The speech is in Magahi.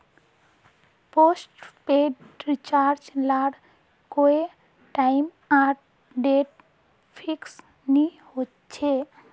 पोस्टपेड रिचार्ज लार कोए टाइम आर डेट फिक्स नि होछे